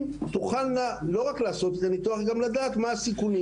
תוכלנה לעשות את הניתוח תוך שהן יודעות את הסיכונים.